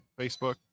facebook